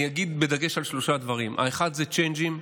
אני אגיד בדגש על שלושה דברים: האחד זה צ'יינג'ים,